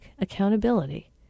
accountability